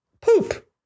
Poop